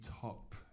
top